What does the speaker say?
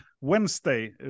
Wednesday